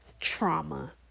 trauma